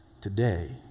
today